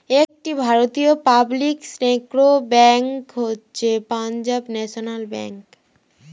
একটি ভারতীয় public sector bank হচ্ছে পাঞ্জাব ন্যাশনাল ব্যাঙ্ক